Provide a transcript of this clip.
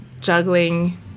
juggling